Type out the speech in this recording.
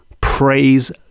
praise